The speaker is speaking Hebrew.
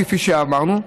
כפי שאמרנו.